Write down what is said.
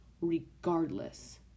regardless